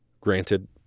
granted